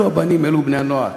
אלו הבנים, אלו בני-הנוער.